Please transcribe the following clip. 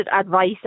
advice